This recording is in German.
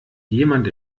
jemand